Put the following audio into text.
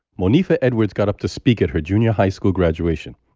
monifa edwards got up to speak at her junior high school graduation.